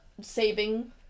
saving